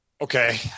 Okay